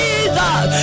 Jesus